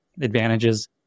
advantages